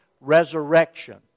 resurrection